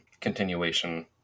continuation